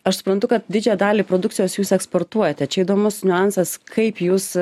aš suprantu kad didžiąją dalį produkcijos jūs eksportuojate čia įdomus niuansas kaip jūs